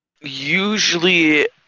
Usually